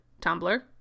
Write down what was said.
Tumblr